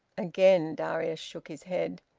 again darius shook his head.